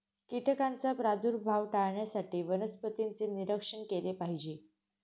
कीटकांचा प्रादुर्भाव टाळण्यासाठी वनस्पतींचे निरीक्षण केले पाहिजे